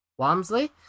Wamsley